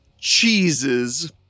cheeses